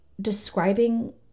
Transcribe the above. describing